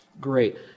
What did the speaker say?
Great